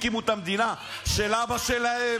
הקימו את המדינה של אבא שלהם.